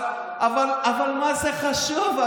אבל מה זה חשוב?